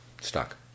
stuck